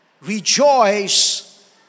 Rejoice